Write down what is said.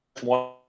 one